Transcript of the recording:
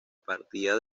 partida